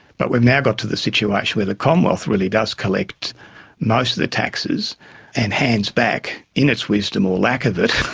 but we've now got to the situation where the commonwealth really does collect most of the taxes and hands back, in its wisdom, or lack of it,